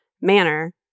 manner